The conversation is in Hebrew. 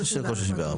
תעשי על כל 34,